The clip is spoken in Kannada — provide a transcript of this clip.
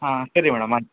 ಹಾಂ ಸರಿ ಮೇಡಮ್ ಆಯ್ತು